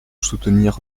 soutenir